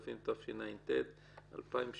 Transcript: התשע"ט-2018?